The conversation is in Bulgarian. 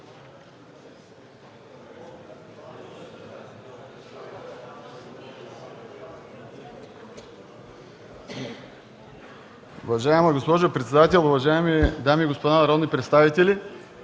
Ви, господин председател. Уважаеми дами и господа народни представители!